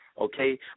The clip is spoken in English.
okay